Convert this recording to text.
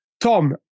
Tom